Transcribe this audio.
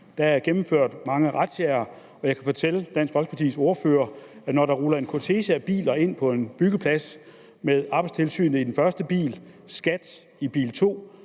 Der er gennemført mange razziaer. Og jeg kan fortælle Dansk Folkepartis ordfører, at når der ruller en kortege af biler ind på en byggeplads med Arbejdstilsynet i den første bil, SKAT i bil